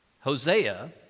Hosea